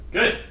Good